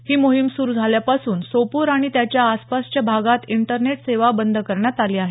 ही मोहीम सुरू झाल्यापासून सोपोर आणि त्याच्या आसपासच्या भागात इंटरनेट सेवा बंद करण्यात आली आहे